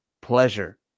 pleasure